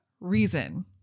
reason